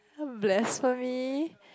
blasphemy